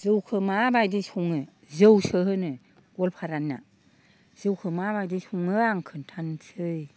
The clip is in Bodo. जौखौ माबायदि सङो जौसो होनो गवालफारानिया जौखौ माबायदि सङो आं खोन्थानोसै